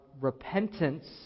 repentance